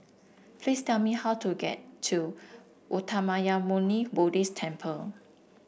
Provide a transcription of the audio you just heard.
please tell me how to get to Uttamayanmuni Buddhist Temple